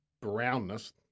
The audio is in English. brownness